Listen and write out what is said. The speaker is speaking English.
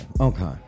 okay